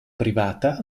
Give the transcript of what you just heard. privata